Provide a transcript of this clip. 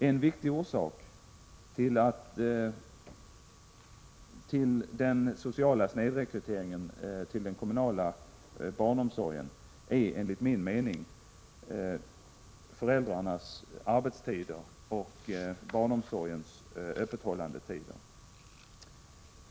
En viktig orsak till den sociala snedrekryteringen till den kommunala barnomsorgen är enligt min mening föräldrarnas arbetstider och barnomsorgens öppethållandetider.